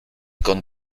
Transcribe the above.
con